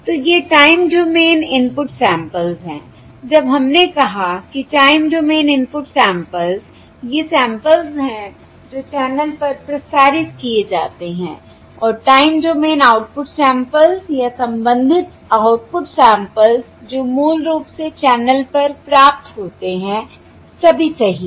तो ये time domain input samples हैं जब हमने कहा कि टाइम डोमेन इनपुट सैंपल्स ये सैंपल्स हैं जो चैनल पर प्रसारित किए जाते हैं और टाइम डोमेन आउटपुट सैंपल्स या संबंधित आउटपुट सैंपल्स जो मूल रूप से चैनल पर प्राप्त होते हैं सभी सही है